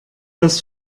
das